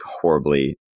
horribly